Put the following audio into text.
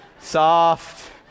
Soft